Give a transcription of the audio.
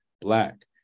black